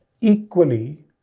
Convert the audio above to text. Equally